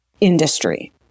industry